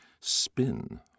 spin